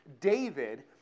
David